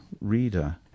reader